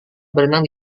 berenang